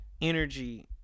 energy